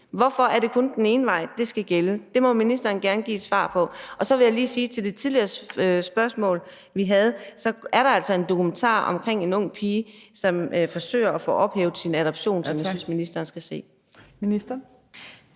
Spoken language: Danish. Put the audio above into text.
Hvorfor er det kun den ene vej, det skal gælde? Det må ministeren gerne give et svar på. Så vil jeg lige sige i forhold til det tidligere spørgsmål, vi havde, at der altså er en dokumentar om en ung pige, som forsøger at få ophævet sin adoption, som jeg synes ministeren skal se.